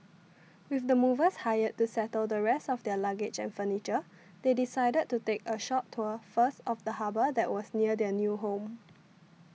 with the movers hired to settle the rest of their luggage and furniture they decided to take a short tour first of the harbour that was near their new home